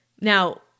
Now